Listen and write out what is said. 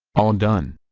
all and done!